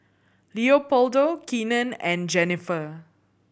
Leopoldo Keenan and Jennifer